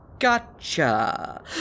Gotcha